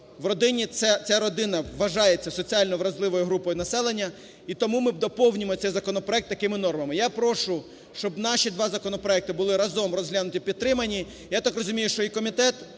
в родині, ця родина вважається соціально вразливою групою населення, і тому ми доповнюємо цей законопроект такими нормами. Я прошу, щоб наші два законопроекти були разом розглянуті й підтримані. Я так розумію, що і комітет